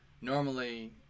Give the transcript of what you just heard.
normally